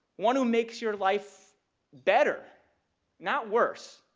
one who makes your life better not worse.